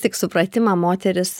tik supratimą moteris